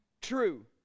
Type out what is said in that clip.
true